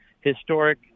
historic